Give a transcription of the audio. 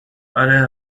اره